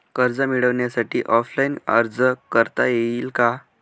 कर्ज मिळण्यासाठी ऑफलाईन अर्ज करता येईल का?